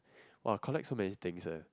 !wah! I collect so many things eh